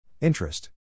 Interest